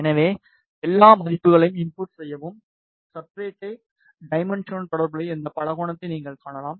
எனவே எல்லா மதிப்புகளையும் இன்புட் செய்யவும் சப்ஸ்ட்ரட்டை டைமென்ஷனுடன் தொடர்புடைய இந்த பலகோணத்தை நீங்கள் காணலாம்